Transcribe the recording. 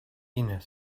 inner